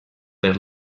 per